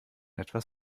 etwas